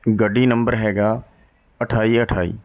ਗੱਡੀ ਨੰਬਰ ਹੈਗਾ ਅਠਾਈ ਅਠਾਈ